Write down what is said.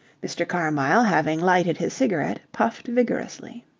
mr. carmyle, having lighted his cigarette, puffed vigorously.